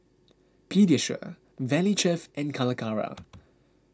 Pediasure Valley Chef and Calacara